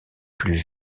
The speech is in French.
plus